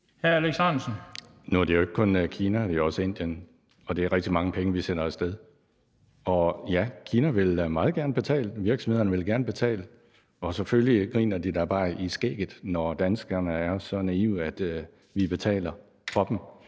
Ahrendtsen (DF): Nu er det jo ikke kun Kina; det er også Indien, og det er rigtig mange penge, vi sender af sted. Og ja, Kina vil meget gerne betale, virksomhederne vil gerne betale, og selvfølgelig griner de da bare i skægget, når danskerne er så naive, at vi betaler for dem.